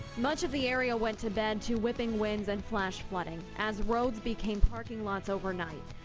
much of the area went to bed to whipping winds and flash flooding. as roads became parking lots overnight.